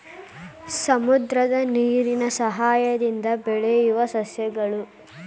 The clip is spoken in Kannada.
ಸಮುದ್ರದ ನೇರಿನ ಸಯಹಾಯದಿಂದ ಬೆಳಿಯುವ ಸಸ್ಯಗಳು